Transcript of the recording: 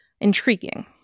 intriguing